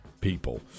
people